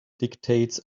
dictates